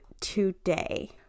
today